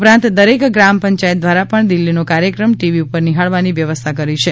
ઉપરાંત દરેક ગ્રામ પંચાયત દ્વારા પણ દિલ્હીનો ક્રાર્યક્રમ ટીવી ઉપર નિહાળવાની વ્યવસ્થા કરી છે